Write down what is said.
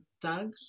doug